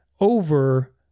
over